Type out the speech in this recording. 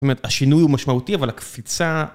באמת, השינוי הוא משמעותי, אבל הקפיצה...